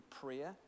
prayer